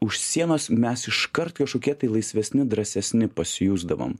už sienos mes iškart kažkokie tai laisvesni drąsesni pasijusdavom